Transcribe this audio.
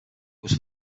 was